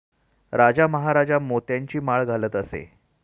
राजा महाराजा मोत्यांची माळ घालत असे